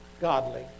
godly